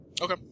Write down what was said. okay